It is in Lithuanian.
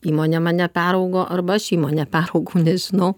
įmonė mane peraugo arba aš įmonę peraugau nežinau